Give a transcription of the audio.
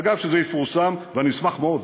אגב, כשזה יפורסם, ואני אשמח מאוד